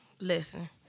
Listen